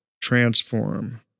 transform